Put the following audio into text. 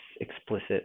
explicit